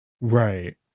right